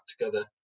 together